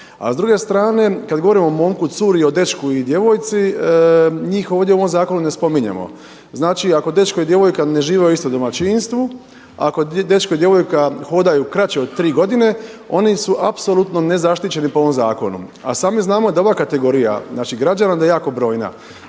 A s druge strane kad govorimo o momku, curi, o dečku i djevojci njih ovdje u ovom zakonu ne spominjem. Znači ako dečko i djevojka ne žive u istom domaćinstvu, ako dečko i djevojka hodaju kraće od 3 godine oni su apsolutno nezaštićeni po ovom zakonu a sami znamo da ova kategorija naših građana da je jako brojna.